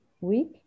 week